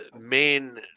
main